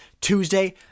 Tuesday